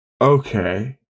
Okay